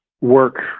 work